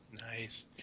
nice